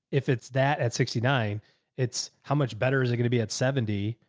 if it's that at sixty nine it's how much better is it going to be at seventy?